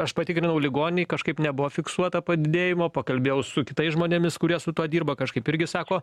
aš patikrinau ligonėj kažkaip nebuvo fiksuota padidėjimo pakalbėjau su kitais žmonėmis kurie su tuo dirba kažkaip irgi sako